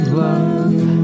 love